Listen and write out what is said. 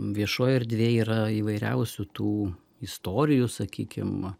viešoj erdvėj yra įvairiausių tų istorijų sakykim